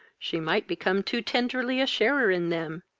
she might become too tenderly a sharer in them,